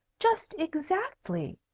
just exactly!